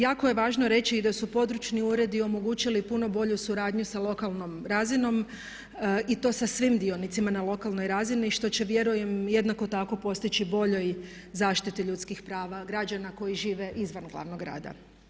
Jako je važno reći da su područni uredi omogućili puno bolju suradnju sa lokalnom razinom i to sa svim dionicama na lokalnoj razini što će vjerujem jednako tako postići u boljoj zaštiti ljudskih prava građana koji žive izvan glavnog grada.